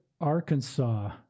Arkansas